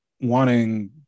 wanting